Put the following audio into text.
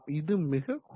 இது மிக குறைவு